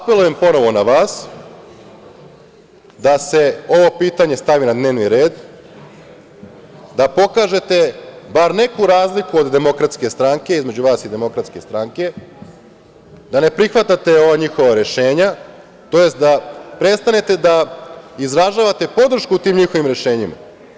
Apelujem ponovo na vas da se ovo pitanje stavi na dnevni red, da pokažete bar neku razliku između vas i Demokratske stranke, da ne prihvatite ova njihova rešenja, tj. da prestanete da izražavate podršku tim njihovim rešenjima.